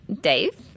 Dave